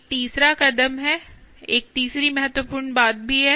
एक तीसरा कदम है एक तीसरी महत्वपूर्ण बात भी है